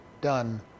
done